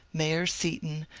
mayor seaton,